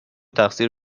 تقصیر